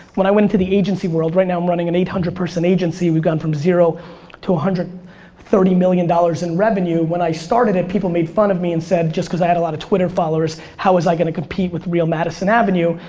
when i went into the agency world, right now i'm running an eight hundred person agency. we've gone from zero to one hundred and thirty million dollars in revenue. when i started it, people made fun of me, and said, just cause i had a lot of twitter followers, how was i gonna compete with real madison avenue.